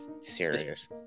serious